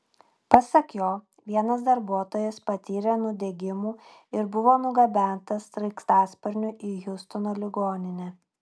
pasak jo vienas darbuotojas patyrė nudegimų ir buvo nugabentas sraigtasparniu į hjustono ligoninę